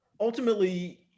ultimately